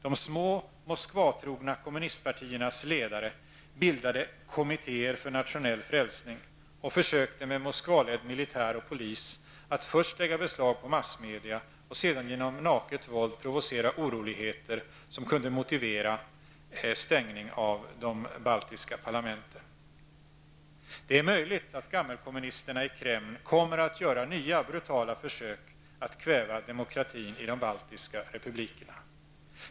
De små ''kommittéer för nationell frälsning'' och försökte med Moskvaledd militär och polis att först lägga beslag på massmedia och sedan genom naket våld provocera oroligheter som kunde motivera stängning av de baltiska parlamenten. Det är möjligt att gammelkommunisterna i Kreml kommer att göra nya brutala försök att kväva demokratin i de baltiska republikerna.